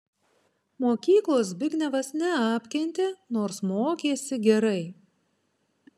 mokyklos zbignevas neapkentė nors mokėsi gerai